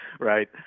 Right